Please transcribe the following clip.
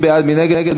בעד, 15, 30 מתנגדים.